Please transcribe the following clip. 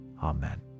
Amen